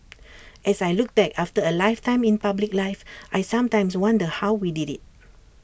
as I look back after A lifetime in public life I sometimes wonder how we did IT